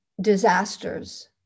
disasters